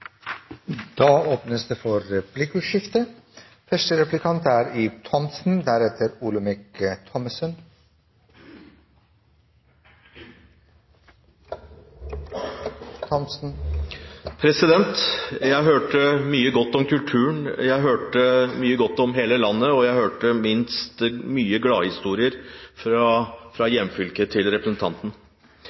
Det blir replikkordskifte. Jeg hørte mye godt om kulturen, jeg hørte mye godt om hele landet, og jeg hørte ikke minst mange gladhistorier fra hjemfylket til representanten.